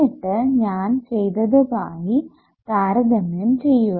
എന്നിട്ട് ഞാൻ ചെയ്തതുമായി താരതമ്യം ചെയ്യുക